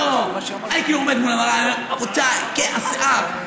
הייתי עומד מול המראה ואומר: רבותיי, כן, השיער.